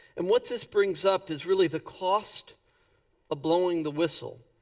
and what this brings up is really the cost of blowing the whistle.